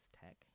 Tech